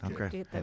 okay